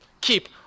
Keep